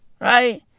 Right